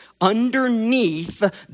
Underneath